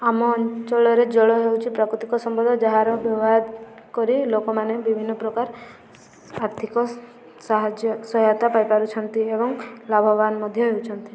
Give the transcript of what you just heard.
ଆମ ଅଞ୍ଚଳରେ ଜଳ ହେଉଛି ପ୍ରାକୃତିକ ସମ୍ବଳ ଯାହାର ବ୍ୟବହାର କରି ଲୋକମାନେ ବିଭିନ୍ନ ପ୍ରକାର ଆର୍ଥିକ ସାହାଯ୍ୟ ସହାୟତା ପାଇପାରୁଛନ୍ତି ଏବଂ ଲାଭବାନ ମଧ୍ୟ ହେଉଛନ୍ତି